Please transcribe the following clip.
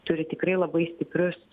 turi tikrai labai stiprius